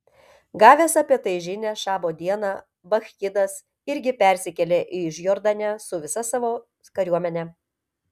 gavęs apie tai žinią šabo dieną bakchidas irgi persikėlė į užjordanę su visa savo kariuomene